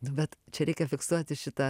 nu bet čia reikia fiksuoti šitą